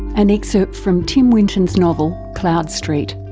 an excerpt from tim winton's novel cloud street.